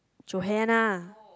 Johanna